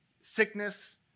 sickness